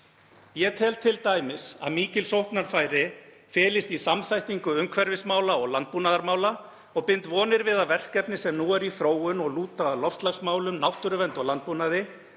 Ég tel t.d. að mikil sóknarfæri felist í samþættingu umhverfismála og landbúnaðarmála og bind vonir við að verkefni sem nú eru í þróun og lúta að loftslagsmálum, náttúruvernd og landbúnaði